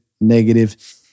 negative